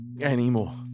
anymore